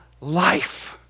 life